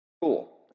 Cool